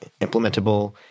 implementable